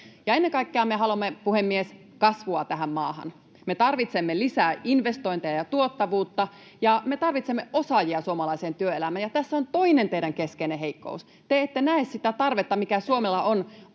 Ennen kaikkea me haluamme, puhemies, kasvua tähän maahan. Me tarvitsemme lisää investointeja ja tuottavuutta, ja me tarvitsemme osaajia suomalaiseen työelämään. Ja tässä on toinen teidän keskeinen heikkoutenne: te ette näe sitä tarvetta, mikä Suomella on